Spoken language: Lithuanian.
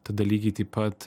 tada lygiai taip pat